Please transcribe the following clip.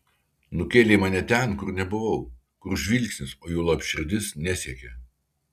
nukėlei mane ten kur nebuvau kur žvilgsnis o juolab širdis nesiekė